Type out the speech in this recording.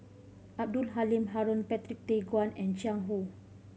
Abdul Halim Haron Patrick Tay Guan and Jiang Hu